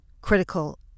critical